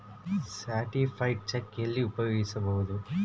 Certified cheque ಎಲ್ಲಿ ಉಪಯೋಗಿಸ್ಬೋದು?